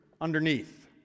underneath